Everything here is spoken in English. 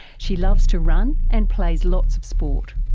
she loves to run and play lots of sport.